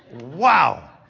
Wow